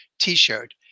t-shirt